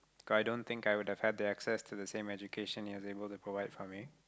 cause i don't think I would have had the access to the same education he was able to provide for me